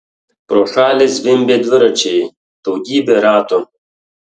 pro šalį zvimbė dviračiai daugybė ratų